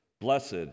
Blessed